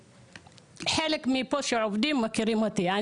חלק מפה שעובדים מכירים אותי,